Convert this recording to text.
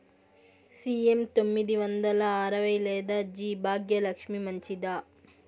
CM తొమ్మిది వందల అరవై లేదా జి భాగ్యలక్ష్మి మంచిదా?